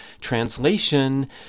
Translation